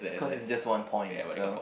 cause it's just one point so